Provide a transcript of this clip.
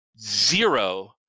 zero